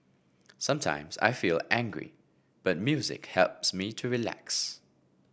sometimes I feel angry but music helps me to relax